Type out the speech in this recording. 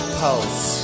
pulse